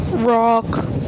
Rock